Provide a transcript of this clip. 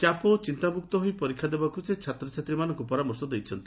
ଚାପ ଓ ଚିନ୍ତାମୁକ୍ତ ହୋଇ ପରୀକ୍ଷା ଦେବାକୁ ସେ ଛାତ୍ରଛାତ୍ରୀମାନଙ୍କ ପରାମର୍ଶ ଦେଇଛନ୍ତି